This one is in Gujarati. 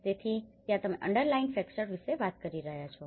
તેથી ત્યાં તમે અંડરલાયિંગ ફેકટર્સ વિશે વાત કરી રહ્યાં છો